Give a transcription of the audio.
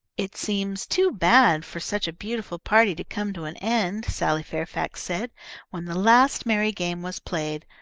it seems too bad for such a beautiful party to come to an end, sally fairfax said when the last merry game was played,